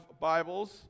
Bibles